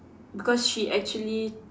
because she actually